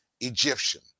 Egyptian